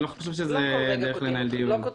אני לא חושב שזו דרך לנהל דיון.